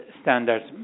standards